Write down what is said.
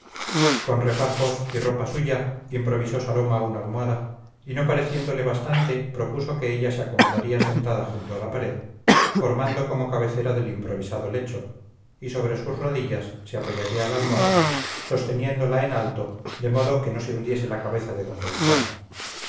con refajos y ropa suya improvisó saloma una almohada y no pareciéndole bastante propuso que ella se acomodaría sentada junto a la pared formando como cabecera del improvisado lecho y sobre sus rodillas se apoyaría la almohada sosteniéndola en alto de modo que no se hundiese la cabeza de d beltrán